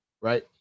Right